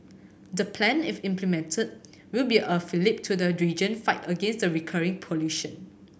the plan if implemented will be a fillip to the region fight against the recurring pollution